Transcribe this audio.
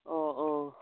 অঁ অঁ